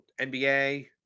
NBA